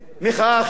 אז מה הוא עושה?